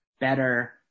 better